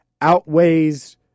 outweighs